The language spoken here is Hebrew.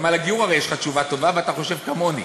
גם על הגיור הרי יש לך תשובה טובה ואתה חושב כמוני,